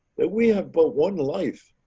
that we have but one life.